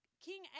King